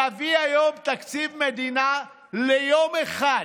להביא היום תקציב מדינה ליום אחד,